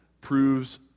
proves